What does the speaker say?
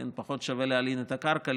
פחות שווה להלין את הקרקע,